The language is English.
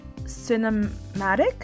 cinematic